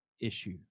issue